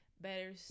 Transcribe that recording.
Better